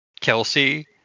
Kelsey